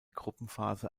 gruppenphase